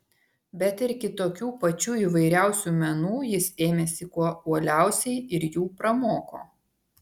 bet ir kitokių pačių įvairiausių menų jis ėmėsi kuo uoliausiai ir jų pramoko